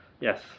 yes